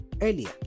earlier